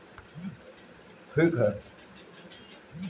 आजकल त सभे लोग एकरा के बड़ा मन से खात बा